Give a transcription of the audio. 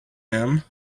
him